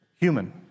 human